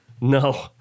No